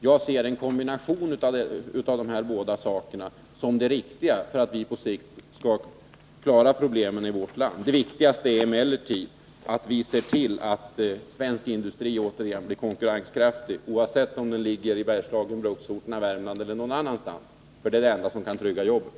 Jag ser en kombination av dessa båda saker som det riktiga för att vi på sikt skall klara problemen i vårt land. Det viktigaste är emellertid att vi ser till att svensk industri återigen blir konkurrenskraftig, oavsett om den ligger i Bergslagen, i bruksorterna, i Värmland eller någon annanstans. Det är det enda som kan trygga jobben.